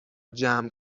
جمع